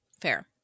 fair